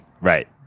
right